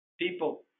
People